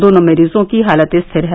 दोनों मरीजों की हालत स्थिर है